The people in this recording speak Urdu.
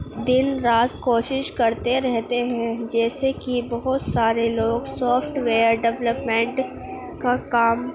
دن رات کوشش کرتے رہتے ہیں جیسے کہ بہت سارے لوگ سافٹ ویئر ڈولپمینٹ کا کام